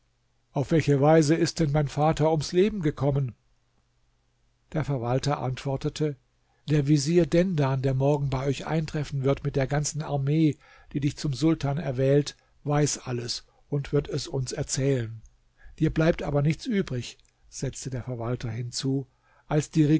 auf welche weise ist denn mein vater ums leben gekommen der verwalter antwortete der vezier dendan der morgen bei euch eintreffen wird mit der ganzen armee die dich zum sultan erwählt weiß alles und wird es uns erzählen dir bleibt aber nichts übrig setzte der verwalter hinzu als die